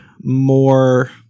more